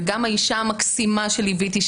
וגם האישה המקסימה שליוויתי,